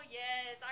yes